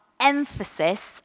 emphasis